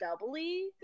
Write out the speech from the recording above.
doubly